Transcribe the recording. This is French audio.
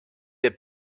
est